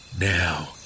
Now